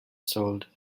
sold